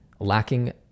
lacking